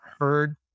heard